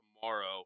tomorrow